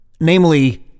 namely